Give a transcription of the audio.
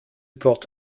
port